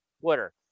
Twitter